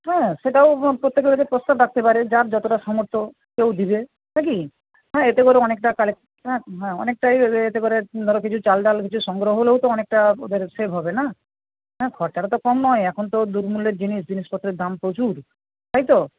হ্যাঁ সেটাও প্রত্যেকের কাছে প্রস্তাব রাখতে পারে যার যতটা সামর্থ্য কেউ দেবে না কি হ্যাঁ এতে করে অনেকটা হ্যাঁ অনেকটাই ইয়েতে করে ধরো কিছু চাল ডাল কিছু সংগ্রহ হলেও তো অনেকটা ওদের সেভ হবে না হ্যাঁ খরচাটাতো কম নয় এখন তো দুর্মূল্যের জিনিস জিনিসপত্রের দাম প্রচুর তাই তো